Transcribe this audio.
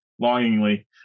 longingly